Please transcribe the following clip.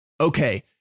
okay